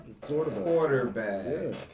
quarterback